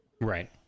Right